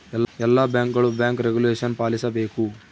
ಎಲ್ಲ ಬ್ಯಾಂಕ್ಗಳು bank regulation ಪಾಲಿಸಬೇಕು